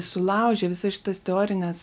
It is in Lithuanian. sulaužė visas šitas teorines